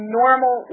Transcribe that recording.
normal